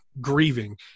grieving